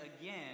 again